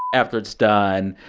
after it's done,